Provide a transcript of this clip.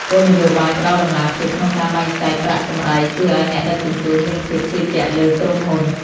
គោលនយោបាយផ្ដល់តម្លាភាពក្នុងការបែងចែកប្រាក់កម្រៃជួយឱ្យអ្នកដឹកជញ្ជូនមានភាពជឿជាក់លើក្រុមហ៊ុន។